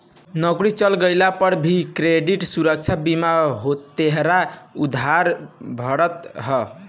नोकरी चल गइला पअ भी क्रेडिट सुरक्षा बीमा तोहार उधार भरत हअ